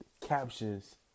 captions